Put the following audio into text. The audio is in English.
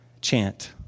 chant